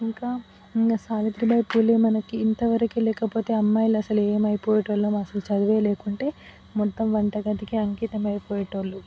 ఇంకా ఇంక సావిత్రిభాయి పూలె మనకి ఇంతవరకే లేకపోతే అమ్మాయిలు అసలు ఏమైపోయేటోళ్ళు అసల చదువే లేకుంటే మొత్తం వంటగదికే అంకితం అయిపోయేటోళ్ళు